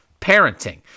parenting